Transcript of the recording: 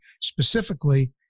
specifically